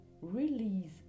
release